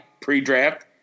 pre-draft